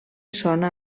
sona